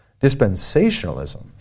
Dispensationalism